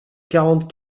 quarante